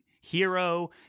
hero